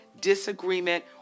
disagreement